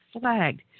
flagged